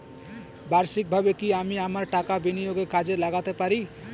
বার্ষিকভাবে কি আমি আমার টাকা বিনিয়োগে কাজে লাগাতে পারি?